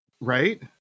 right